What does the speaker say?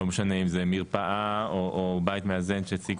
לא משנה אם זה מרפאה או בית מאזן שהציג